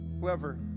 Whoever